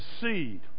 seed